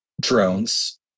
drones